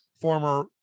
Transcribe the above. former